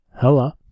Hella